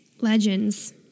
legends